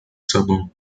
sabão